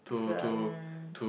film